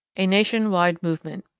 a nation-wide movement.